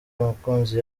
mukunzi